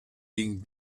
being